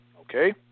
Okay